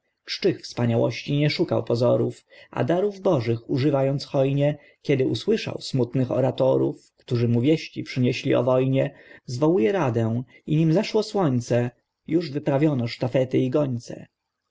spokojnie czczych wspaniałości nie szukał pozorów a darów bożych używając hojnie kiedy usłyszał smutnych oratorów którzy mu wieści przyniesli o wojnie zwołuje radę i nim zaszło słońce już wyprawione sztafety i gońce